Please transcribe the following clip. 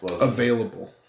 available